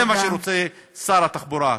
זה מה ששר התחבורה רוצה.